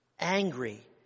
angry